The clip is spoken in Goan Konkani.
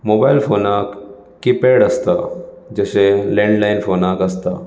मोबायल फोनाक किपॅड आसता जशें लेंडलाइन फोनाक आसता